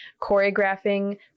choreographing